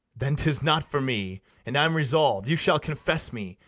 then tis not for me and i am resolv'd you shall confess me,